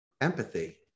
empathy